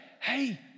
hey